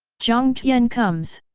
jiang tian comes!